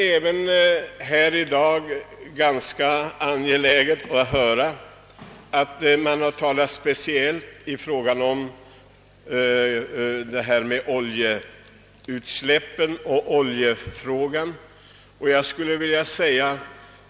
Det har i dag talats speciellt om oljeutsläppen.